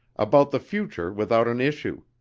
about the future without an issue.